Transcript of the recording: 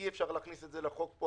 אי-אפשר להכניס את זה לחוק פה,